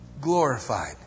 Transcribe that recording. glorified